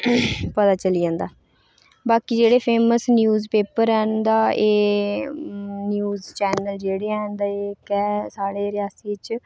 पता चली जंदा बाकी जेहड़ा फेमस न्यूजपेपर हैन उं'दा एह् न्यूज चैनल जेह्ड़े हैन साढ़े रियासी बिच